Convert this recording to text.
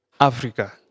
Africa